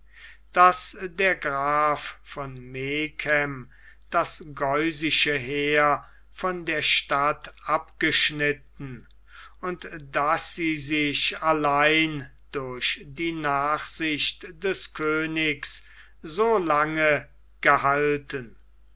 daß der graf von megen das geusische heer von der stadt abgeschnitten und daß sie sich allein durch die nachsicht des königs so lange gehalten